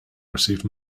received